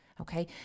Okay